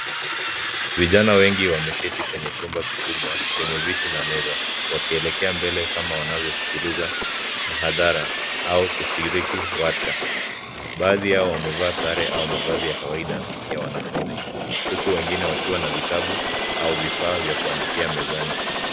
Vijana wengi wameketi kwenye chumba kikubwa chenye viti na meza wakielekea mbele kama wanavyosikiliza kwa hadhara au kushiriki warsha. Baadhi yao wamevaa sare au mavazi ya kawaida ya wanafunzi. Huku wengine wakiwa na vitabu au vifaa vya kauandikia.